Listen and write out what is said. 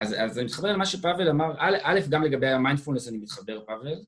אז אני מתחבר למה שפאבל אמר, א', גם לגבי המיינדפולנס אני מתחבר, פאבל.